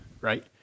right